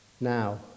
Now